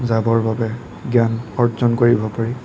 যাবৰ বাবে জ্ঞান অৰ্জন কৰিব পাৰি